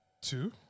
Two